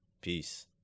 peace